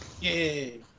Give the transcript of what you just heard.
Yay